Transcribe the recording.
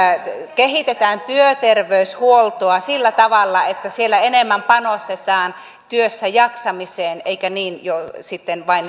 kehitetään työterveyshuoltoa sillä tavalla että siellä enemmän panostetaan työssäjaksamiseen eikä sitten vain